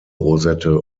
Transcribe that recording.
rosette